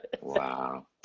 Wow